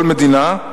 כל מדינה,